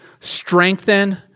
strengthen